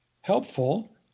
helpful